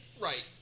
Right